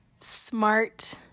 smart